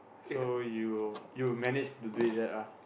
so you you managed to do that ah